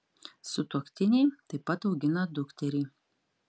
sutuoktiniai taip pat augina dukterį